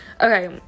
okay